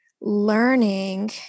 learning